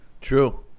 True